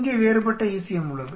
இங்கே வேறுபட்ட ECM உள்ளது